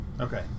Okay